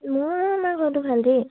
মোৰ আমাৰ ঘৰটো ভালেই